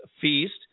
feast